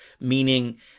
meaning